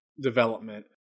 development